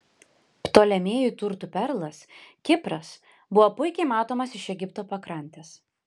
ptolemėjų turtų perlas kipras buvo puikiai matomas iš egipto pakrantės